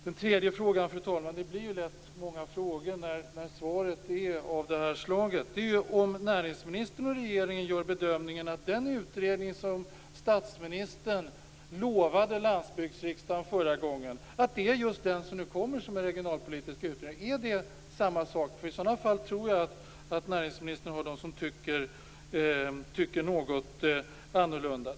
Den tredje frågan, fru talman - det blir lätt många frågor när svaret är av det här slaget - är om näringsministern och regeringen gör bedömningen att det är den utredning som statsministern lovade landsbygdsriksdagen förra gången som nu kommer som en regionalpolitisk utredning. Är det samma sak? För i sådana fall tror jag att näringsministern har dem som tycker något annorlunda.